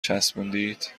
چسبوندید